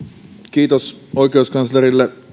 kiitos oikeuskanslerille